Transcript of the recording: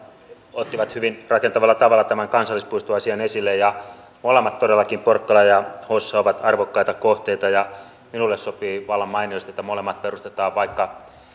ottivat hyvin rakentavalla tavalla tämän kansallispuistoasian esille ja molemmat todellakin porkkala ja hossa ovat arvokkaita kohteita minulle sopii vallan mainiosti että molemmat perustetaan vaikka